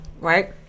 right